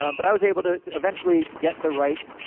um but i was able to, eventually, get the right